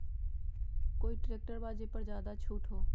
कोइ ट्रैक्टर बा जे पर ज्यादा छूट हो?